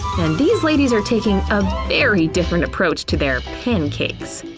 and these ladies are taking a very different approach to their pancakes.